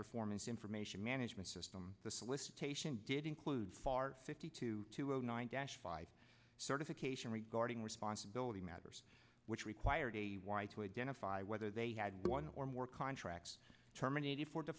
performance information management system the solicitation did include far fifty two two zero nine dash five certification regarding responsibility matters which required a wide to identify whether they had one or more contracts terminated for